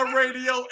radio